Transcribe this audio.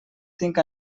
tinc